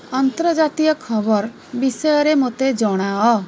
ଆନ୍ତର୍ଜାତୀୟ ଖବର ବିଷୟରେ ମୋତେ ଜଣାଅ